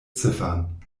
ziffern